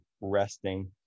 resting